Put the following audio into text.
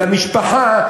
למשפחה,